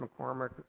McCormick